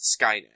Skynet